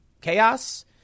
chaos